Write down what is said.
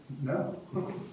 No